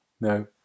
No